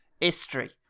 History